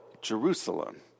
Jerusalem